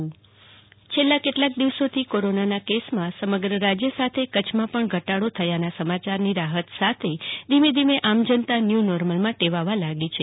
જાગૃતિ Vakil corona છેલ્લા કેટલાક દિવસોથી કોરોનાના કેસમાં સમગ્ર રાજ્ય સાથે કચ્છમાં પણ ઘટાડો થયાના સમાયારથી રાહત સાથે ધીમે ધીમે આમ જનતાના ન્યુ નોર્મલમાં ટેવવા લાગી છે